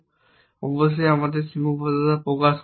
অবশ্যই আমাদের সীমাবদ্ধতা প্রকাশ করতে হবে